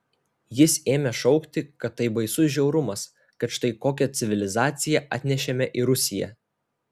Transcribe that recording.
jis ėmė šaukti kad tai baisus žiaurumas kad štai kokią civilizaciją atnešėme į rusiją